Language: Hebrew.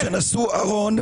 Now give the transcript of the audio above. הכו באלות אנשים שנשאו ארון.